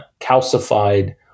calcified